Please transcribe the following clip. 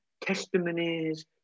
testimonies